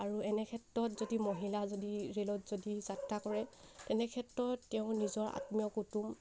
আৰু এনেক্ষেত্ৰত যদি মহিলা যদি ৰে'লত যদি যাত্ৰা কৰে তেনেক্ষেত্ৰত তেওঁ নিজৰ আত্মীয় কুটুম